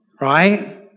Right